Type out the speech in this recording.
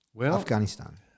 Afghanistan